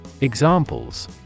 Examples